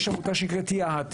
יש עמותה שנקראת יה"ת.